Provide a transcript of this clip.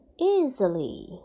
easily